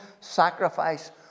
sacrifice